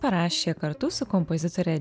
parašė kartu su kompozitore